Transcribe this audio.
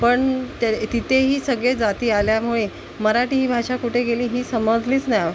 पण ते तिथेही सगळे जाती आल्यामुळे मराठी ही भाषा कुठे गेली ही समजलीच नाही